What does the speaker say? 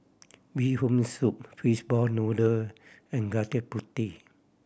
Bee Hoon Soup fishball noodle and gudeg puti